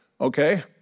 okay